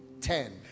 ten